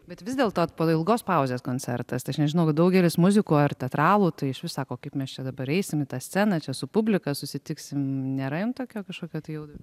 bet vis dėltot po ilgos pauzės koncertas tai aš nežinau daugelis muzikų ar teatralų tai išvis sako kaip mes čia dabar eisim į tą sceną čia su publika susitiksime nėra jum kažkokio tai jaudulio